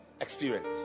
experience